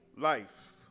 life